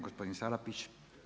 Gospodin Salapić.